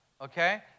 Okay